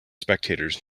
spectators